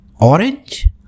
Orange